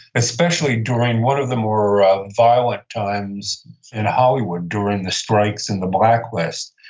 especially during one of the more violent times in hollywood, during the strikes and the blacklist.